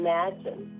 Imagine